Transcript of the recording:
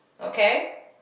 Okay